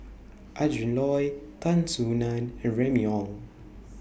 Adrin Loi Tan Soo NAN and Remy Ong